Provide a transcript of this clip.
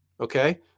Okay